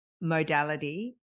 modality